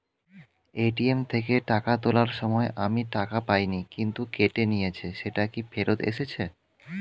ATM থেকে টাকা তোলার সময় আমি টাকা পাইনি কিন্তু কেটে নিয়েছে সেটা কি ফেরত এসেছে?